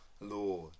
lord